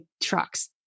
trucks